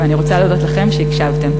ואני רוצה להודות לכם על שהקשבתם.